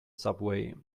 subway